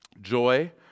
Joy